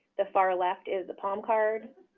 the far left is the palm card,